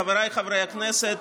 חבריי חברי הכנסת,